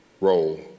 role